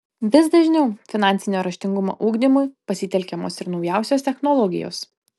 vis dažniau finansinio raštingumo ugdymui pasitelkiamos ir naujausios technologijos